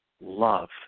love